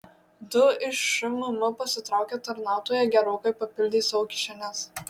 du iš šmm pasitraukę tarnautojai gerokai papildė savo kišenes